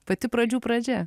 pati pradžių pradžia